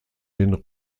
den